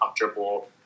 comfortable